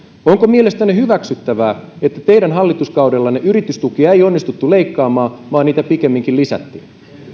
onko mielestänne hyväksyttävää että teidän hallituskaudellanne yritystukia ei onnistuttu leikkaamaan vaan niitä pikemminkin lisättiin